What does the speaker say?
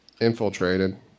infiltrated